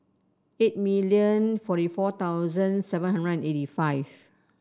eight million forty four thousand seven hundred and eighty five